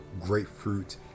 grapefruit